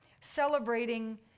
celebrating